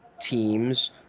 teams